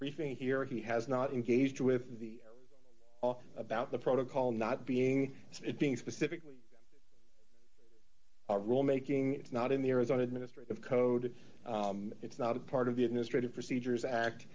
briefing here he has not engaged with the law about the protocol not being it's being specifically a rule making it's not in the arizona administrative code it's not a part of the administrative procedures act